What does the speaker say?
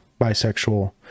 bisexual